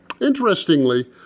Interestingly